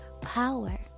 power